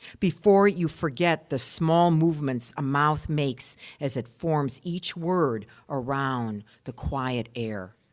before you forget the small movements a mouth makes as it forms each word around the quiet air.